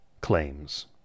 claims